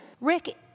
Rick